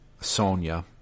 Sonya